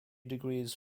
degrees